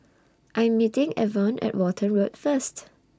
I'm meeting Evon At Walton Road First